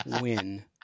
win